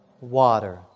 Water